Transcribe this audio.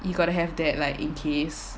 you got to have that like in case